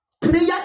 prayer